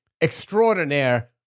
extraordinaire